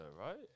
right